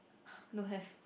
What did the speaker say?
don't have